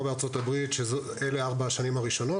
בארצות-הברית שאלה ארבע השנים הראשונות,